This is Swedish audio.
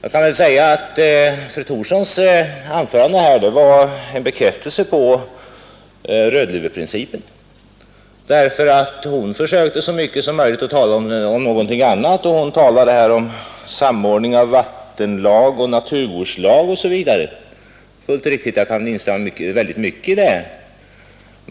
Fru Thorssons anförande här var en bekräftelse på rödluveprincipen, därför att hon försökte så mycket som möjligt tala om något annat. Hon talade om samordning av vattenlag, naturvårdslag etc. Den tanken är fullt riktig. Jag kan instämma i mycket av detta.